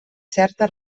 certa